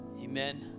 amen